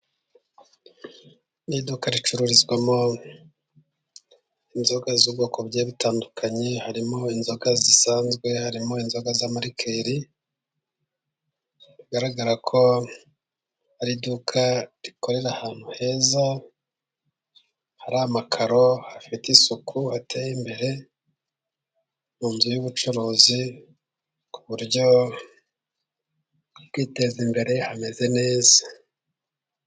Iduka ricururizwamo inzoga z'ubwoko bugiye bitandukanye, harimo inzoga zisanzwe, harimo inzoga z'ama rikeri, bigaragara ko ari iduka rikorera ahantu heza, hari amakaro, hafite isuku, hateye imbere, mu nzu y'ubucuruzi ku buryo kwiteza imbere, hameze neza.